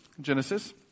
Genesis